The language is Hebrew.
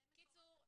בקיצור,